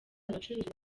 abacuruzi